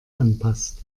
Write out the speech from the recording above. anpasst